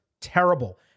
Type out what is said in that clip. terrible